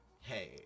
Hey